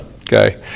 okay